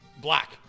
Black